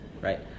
right